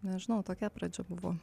nežinau tokia pradžia buvo